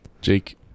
Jake